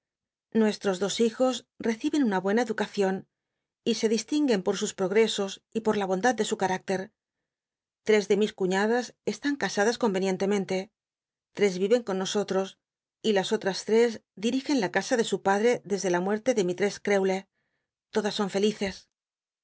nuestros dos hijos reciben una buena educacion y se distinguen por sus progresos y por la bondad de su canicter tres de mis cuñadas esl ín casadas conrenientemente tres vi en con nosotros y las ollas tres dirigen la casa de su padre desde la muerte de mistr'ess crewle todas son felices